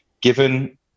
given